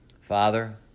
Father